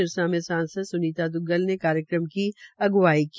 सिरसा में सांसद सूनीता द्वग्गल ने कार्यक्रम की अग्रवाई की